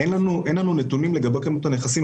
אין לנו נתונים לגבי כמות נכסים.